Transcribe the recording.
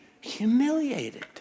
humiliated